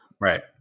Right